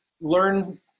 learn